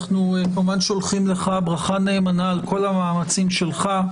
אנחנו כמובן שולחים לך ברכה נאמנה על כל המאמצים שלך,